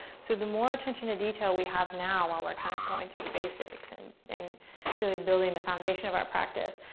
so the more attention to detail we have now while we're kind of going through the basics and and really building the foundation of our practice,